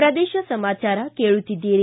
ಪ್ರದೇಶ ಸಮಾಚಾರ ಕೇಳುತ್ತೀದ್ದಿರಿ